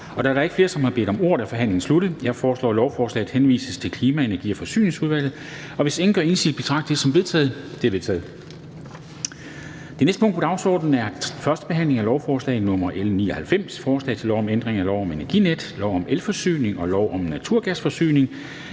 Da der ikke er flere, som har bedt om ordet, er forhandlingen sluttet. Jeg foreslår, at lovforslaget henvises til Klima-, Energi- og Forsyningsudvalget. Og hvis ingen gør indsigelse, betragter jeg det som vedtaget. Det er vedtaget. --- Det næste punkt på dagsordenen er: 3) 1. behandling af lovforslag nr. L 99: Forslag til lov om ændring af lov om Energinet, lov om elforsyning og lov om naturgasforsyning.